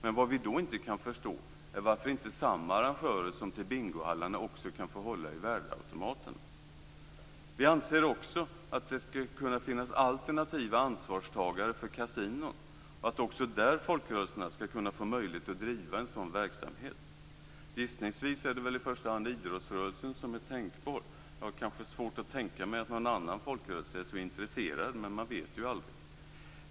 Men vad vi då inte kan förstå är varför inte samma arrangörer som i bingohallarna också kan få hålla i värdeautomaterna. Vi anser också att det bör finnas alternativa ansvarstagare för kasinon och att också där folkrörelserna skall få möjlighet att driva en sådan verksamhet. Gissningsvis är det i första hand idrottsrörelsen som är tänkbar. Jag har svårt att tänka mig att någon annan folkrörelse är intresserad, men man vet aldrig.